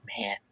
man